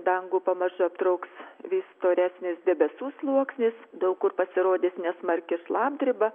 dangų pamažu aptrauks vis storesnis debesų sluoksnis daug kur pasirodys nesmarki šlapdriba